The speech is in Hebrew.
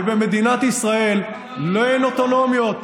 במדינת ישראל אין אוטונומיות,